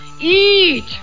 Eat